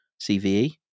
cve